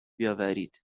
بیاورید